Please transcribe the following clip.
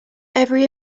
every